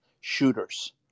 shooters